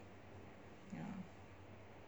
ya